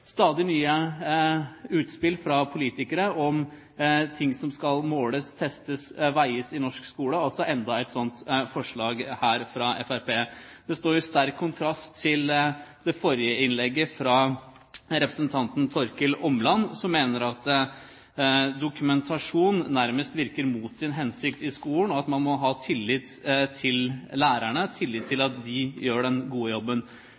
stadig nye utspill fra politikere om ting som skal måles, testes og veies i norsk skole – altså enda et slikt forslag her fra Fremskrittspartiet. Det står i sterk kontrast til det forrige taler, representanten Torkil Åmland, mener, at dokumentasjon nærmest virker mot sin hensikt i skolen, og at man må ha tillit til lærerne og tillit til